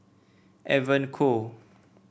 Evon Kow